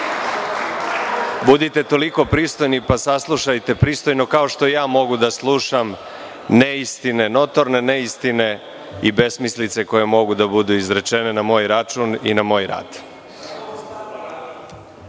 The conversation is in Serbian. čuju. Budite toliko pristojni pa saslušajte pristojno kao što ja mogu da slušam neistine, notorne neistine i besmislice koje mogu da budu izrečene na moj račun i na moj